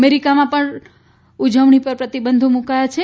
અમેરીકામાં પણ ઉજવણી પર પ્રતિબંધો મુકાયા છે